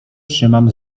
trzymam